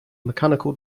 mechanical